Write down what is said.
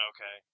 Okay